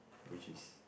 which is